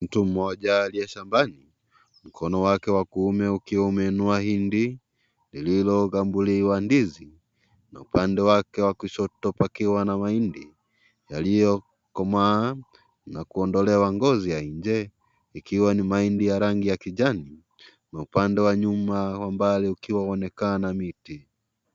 Mtu mmoja aliye shambani, mkono wake wa kuume ukiwa umeinua hindi, lililogambuliwa ndizi na upande wake wa kushoto pakiwa na mahindi, yaliyokomaa na kuondolewa ngozi ya nje, ikiwa ni mahindi ya rangi ya kijani na upande wa nyuma wa mbali ukiwa unaonekana miti.